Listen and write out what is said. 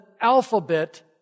alphabet